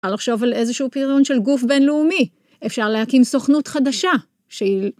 על לחשוב על איזשהו פתרון של גוף בינלאומי. אפשר להקים סוכנות חדשה, שהיא...